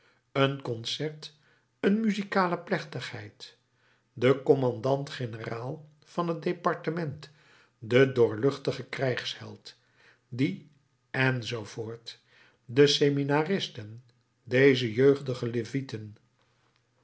een concert een muzikale plechtigheid de kommandant generaal van het departement de doorluchtige krijgsheld die enz de seminaristen deze jeugdige levieten